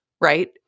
right